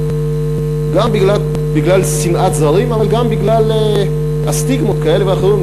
גם בגלל שנאת זרים אבל גם בגלל סטיגמות כאלה ואחרות,